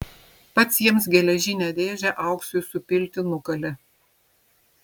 pats jiems geležinę dėžę auksui supilti nukalė